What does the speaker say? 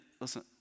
Listen